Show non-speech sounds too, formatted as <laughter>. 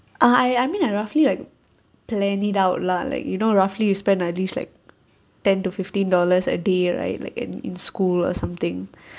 I I mean like roughly like plan it out lah like you know roughly you spend at least like ten to fifteen dollars a day right like in in school or something <breath>